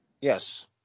Yes